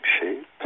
shape